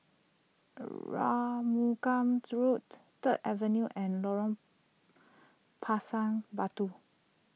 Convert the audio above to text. Arumugam's Road Third Avenue and Lorong Pisang Batu